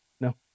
No